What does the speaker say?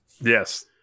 Yes